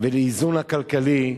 ולאיזון הכלכלי,